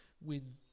win